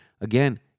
again